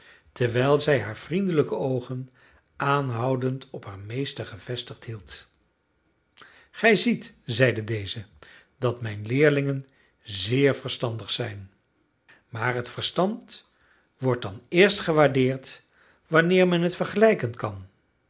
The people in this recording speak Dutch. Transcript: terwijl zij haar vriendelijke oogen aanhoudend op haar meester gevestigd hield gij ziet zeide deze dat mijn leerlingen zeer verstandig zijn maar het verstand wordt dan eerst gewaardeerd wanneer men het vergelijken kan